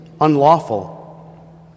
unlawful